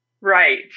Right